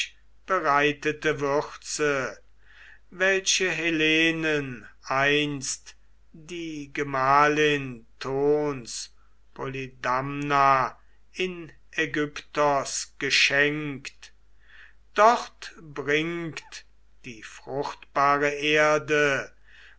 bereitete würze welche helenen einst die gemahlin thons polydamna in aigyptos geschenkt dort bringt die fruchtbare erde